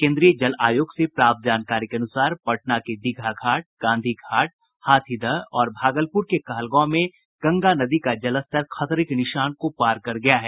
केन्द्रीय जल आयोग से प्राप्त जानकारी के अनुसार पटना के दीघा घाट गांधी घाट हाथीदह और भागलप्र के कहलगांव में गंगा नदी का जलस्तर खतरे के निशान को पार कर गया है